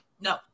No